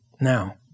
Now